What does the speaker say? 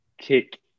kick